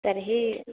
तर्हि